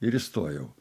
ir įstojau